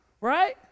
right